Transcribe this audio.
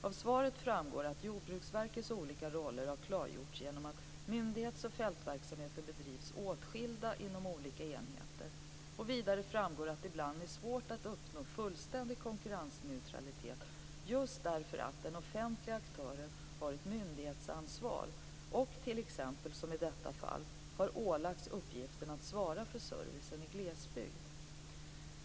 Av svaret framgår att Jordbruksverkets olika roller har klargjorts genom att myndighets och fältverksamheten bedrivs åtskilda inom olika enheter. Vidare framgår att det ibland är svårt att uppnå fullständig konkurrensneutralitet just därför att den offentliga aktören har ett myndighetsansvar och t.ex., som i detta fall, har ålagts uppgiften att svara för servicen i glesbygd.